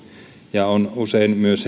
ja on usein myös